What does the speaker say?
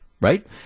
Right